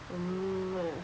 oh